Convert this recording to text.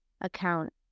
account